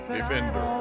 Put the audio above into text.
Defender